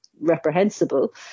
reprehensible